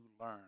learn